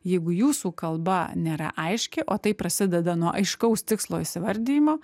jeigu jūsų kalba nėra aiški o tai prasideda nuo aiškaus tikslo įsivardijimo